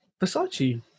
versace